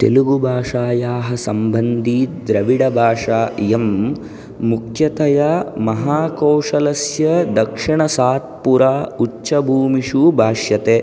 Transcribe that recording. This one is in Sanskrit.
तेलुगुभाषायाः सम्बन्धि द्राविडभाषा इयं मुख्यतया महाकोशलस्य दक्षिणसात्पुरा उच्चभूमिषु भाष्यते